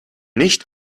nicht